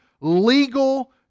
legal